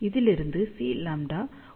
இதிலிருந்து Cλ 1